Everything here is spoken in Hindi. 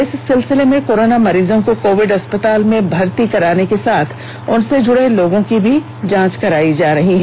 इस सिलसिले में कोरोना मरीजों को कोविड अस्पताल में भर्ती कराने के साथ उनसे जुड़े लोगों की भी जांच कराई जा रही है